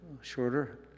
shorter